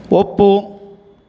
ಒಪ್ಪು